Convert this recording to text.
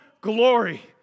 glory